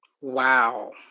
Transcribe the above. Wow